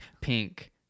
pink